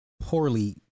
poorly